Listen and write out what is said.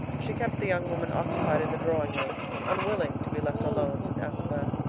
she kept the young woman occupied in the drawing-room, unwilling to be left alone with arobin.